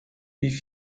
wie